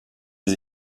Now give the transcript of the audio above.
des